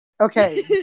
Okay